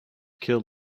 killed